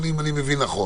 אם אני מבין נכון.